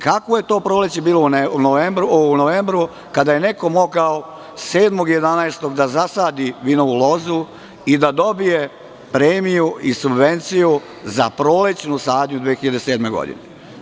Kakvo je to proleće bilo u novembru, kada je neko mogao 7. novembra da zasadi vinovu lozu i da dobije premiju i subvenciju za prolećnu sadnju 2007. godine?